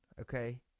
Okay